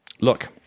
Look